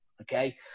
Okay